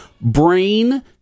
brain